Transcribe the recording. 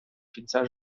кінця